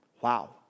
Wow